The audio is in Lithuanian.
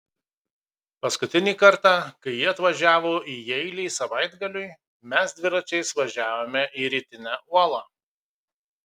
paskutinį kartą kai ji atvažiavo į jeilį savaitgaliui mes dviračiais važiavome į rytinę uolą